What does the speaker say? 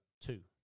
Two